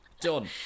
Done